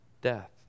death